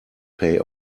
pay